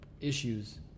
issues